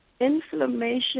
inflammation